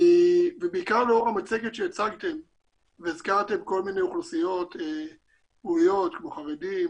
ובעיקר לאור המצגת שהצגתם והזכרתם כל מיני אוכלוסיות כמו חרדים,